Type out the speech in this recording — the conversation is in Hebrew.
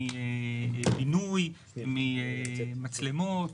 מבינוי, ממצלמות,